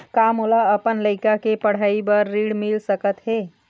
का मोला अपन लइका के पढ़ई के बर ऋण मिल सकत हे?